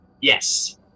yes